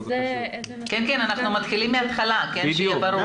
כן, אנחנו מתחילים מהתחלה, שיהיה ברור.